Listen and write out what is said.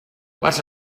what